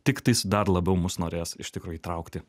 tiktais dar labiau mus norės iš tikro įtraukti